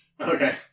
Okay